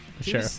Sure